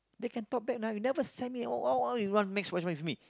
they can talk back now you never send me or !wow! !wow! you want to make voice with me